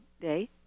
day